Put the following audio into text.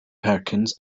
perkins